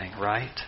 right